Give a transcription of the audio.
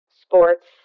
sports